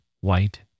white